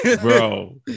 bro